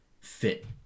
fit